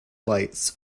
lights